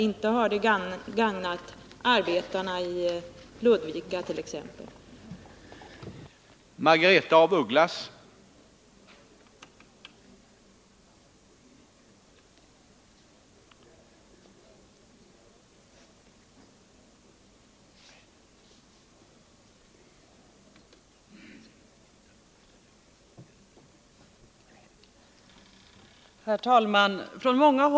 Inte har det gagnat arbetarna i t.ex. Ludvika.